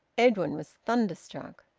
edwin was thunderstruck.